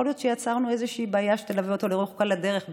יכול להיות שיצרנו איזושהי בעיה שתלווה אותו לאורך כל הדרך,